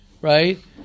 right